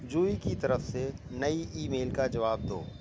جوہی کی طرف سے نئی ای میل کا جواب دو